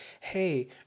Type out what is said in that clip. hey